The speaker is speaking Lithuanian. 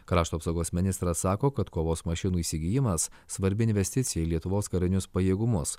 krašto apsaugos ministras sako kad kovos mašinų įsigijimas svarbi investicija į lietuvos karinius pajėgumus